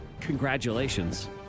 Congratulations